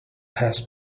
has